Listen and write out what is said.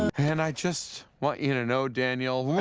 and i just want you to know daniel.